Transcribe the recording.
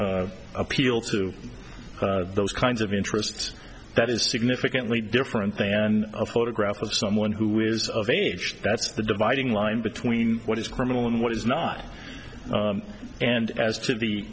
to appeal to those kinds of interests that is significantly different than a photograph of someone who is of age that's the dividing line between what is criminal and what is not and as to the